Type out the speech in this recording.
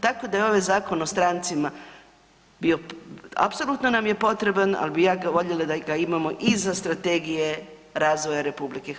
Tako da je ovaj Zakon o strancima bio, apsolutno nam je potreban, ali bi ja ga voljela da ga imamo i za strategije razvoja RH.